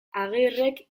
agirrek